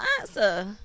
answer